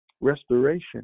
Restoration